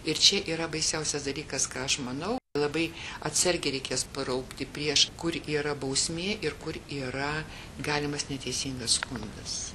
ir čia yra baisiausias dalykas ką aš manau labai atsargiai reikės paraukti prieš kur yra bausmė ir kur yra galimas neteisingas skundas